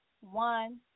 one